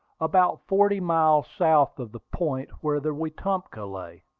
about forty miles south of the point where the wetumpka lay,